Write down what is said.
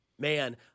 Man